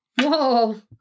Whoa